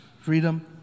freedom